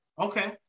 Okay